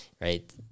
right